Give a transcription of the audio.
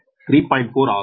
4 ஆகும்